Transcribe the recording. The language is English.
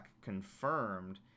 confirmed